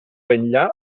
enllà